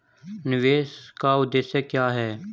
निवेश का उद्देश्य क्या है?